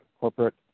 corporate